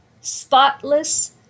spotless